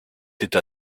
tête